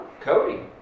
Cody